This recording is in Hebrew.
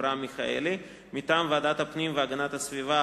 אברהם מיכאלי; מטעם ועדת הפנים והגנת הסביבה,